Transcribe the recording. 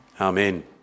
Amen